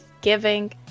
giving